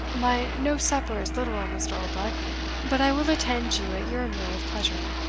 my no-supper is literal, mr. oldbuck but i will attend you at your meal with pleasure.